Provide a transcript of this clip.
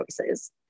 choices